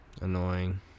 annoying